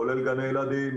כולל גני ילדים,